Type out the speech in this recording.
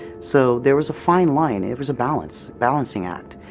so there was a fine line. it was a balance, balancing act.